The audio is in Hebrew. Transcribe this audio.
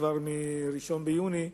כבר מ-1 ביוני,